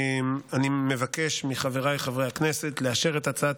אני מבקש מחבריי חברי הכנסת לאשר את הצעת